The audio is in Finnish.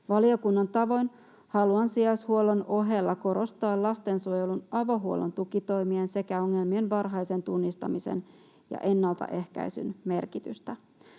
Valiokunnan tavoin haluan sijaishuollon ohella korostaa lastensuojelun avohuollon tukitoimien sekä ongelmien varhaisen tunnistamisen ja ennaltaehkäisyn merkitystä.